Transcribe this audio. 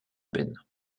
peine